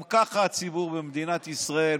גם ככה הציבור במדינת ישראל,